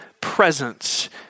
presence